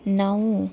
ನಾವು